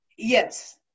yes